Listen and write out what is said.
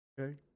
okay